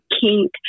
kink